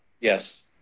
Yes